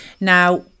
now